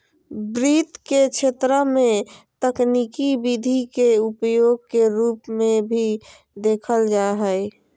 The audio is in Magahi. वित्त के क्षेत्र में तकनीकी विधि के उपयोग के रूप में भी देखल जा हइ